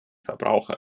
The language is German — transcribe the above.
verbraucher